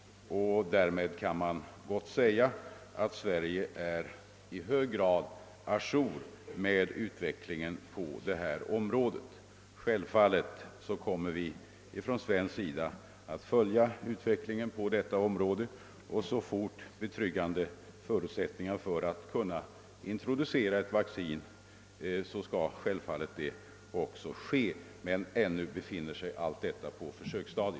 Därmed kan man säga att Sverige i hög grad är å jour med utvecklingen på det här området. Självfallet kommer vi från svensk sida att följa utvecklingen. Så fort betryggande förutsättningar föreligger för att kunna introducera ett vaccin skall detta naturligtvis också ske, men ännu befinner sig, som sagt, allt detta på försöksstadiet.